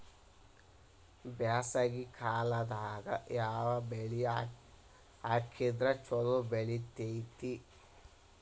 ಬ್ಯಾಸಗಿ ಕಾಲದಾಗ ಯಾವ ಬೆಳಿ ಹಾಕಿದ್ರ ಛಲೋ ಬೆಳಿತೇತಿ?